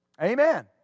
Amen